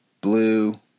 blue